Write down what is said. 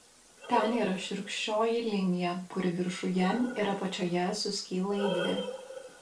ten yra šiurkščioji linija kuri viršuje ir apačioje suskyla į dvi